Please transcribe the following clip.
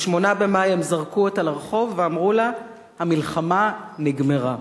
ב-8 במאי הם זרקו אותה לרחוב ואמרו לה: המלחמה נגמרה.